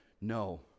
No